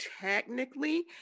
technically